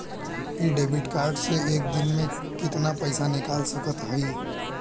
इ debit card से एक दिन मे कितना पैसा निकाल सकत हई?